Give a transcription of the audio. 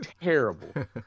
terrible